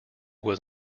was